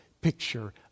picture